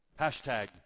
Hashtag